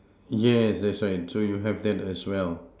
yes that's right so you have that as well